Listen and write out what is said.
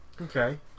okay